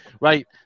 Right